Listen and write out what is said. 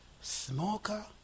Smoker